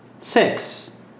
Six